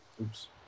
oops